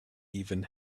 even